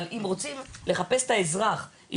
אבל אם רוצים לחפש את האזרח,